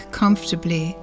comfortably